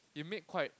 he made quite